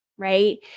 right